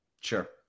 Sure